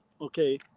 Okay